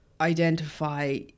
identify